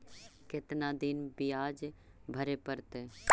कितना दिन बियाज भरे परतैय?